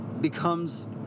Becomes